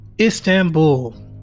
Istanbul